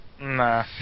Nah